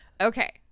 Okay